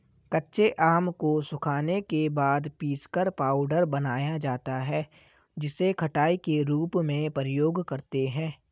कच्चे आम को सुखाने के बाद पीसकर पाउडर बनाया जाता है जिसे खटाई के रूप में प्रयोग करते है